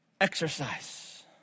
exercise